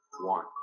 one